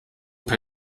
per